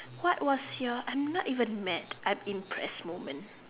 what was your I'm not even mad I'm impressed moment